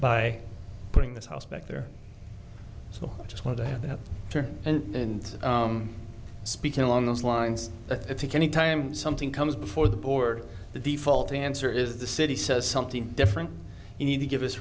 by putting this house back there so i just want to have that and speaking along those lines i think anytime something comes before the board the default answer is the city says something different you need to give us